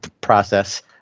process